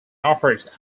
offers